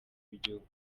w’igihugu